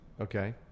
okay